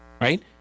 right